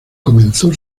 comenzó